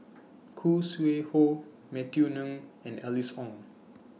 Khoo Sui Hoe Matthew Ngui and Alice Ong